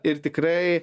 ir tikrai